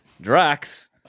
Drax